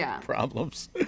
problems